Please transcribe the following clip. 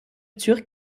turc